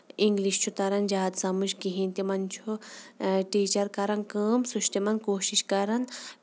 English چھُ تران زایادٕ سَمجھ کِہینۍ تِمن چھُ ٹیٖچر کران کٲم سُہ چھُ تِمن کوٗشِش کران